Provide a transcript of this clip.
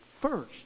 first